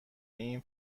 این